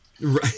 Right